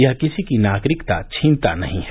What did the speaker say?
यह किसी की नागरिकता छीनता नहीं है